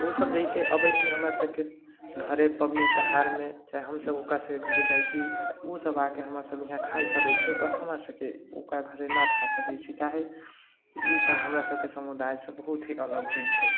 ओ सभ जैसे अबै छै हमरा सभके घरे पबनि त्योहारमे चाहे हमसभ ओकरा सभके घर जाइ छी तऽ उ सभ हमरा सभके इहाँ आबिके खा सकैए छै पर हमरा सभके ओकरा घरे नहि खा सकै छी काहे तऽ ई सभ हमरा सभके समुदायसँ बहुत ही अलग होइ छै